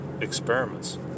experiments